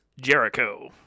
Jericho